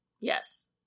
Yes